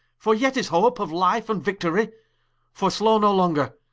for yet is hope of life and victory foreslow no longer,